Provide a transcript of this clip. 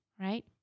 right